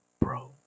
bro